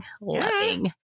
Loving